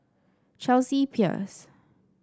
Chelsea Peers